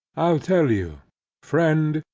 i'll tell you friend,